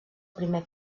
primer